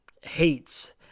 hates